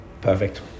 perfect